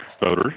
voters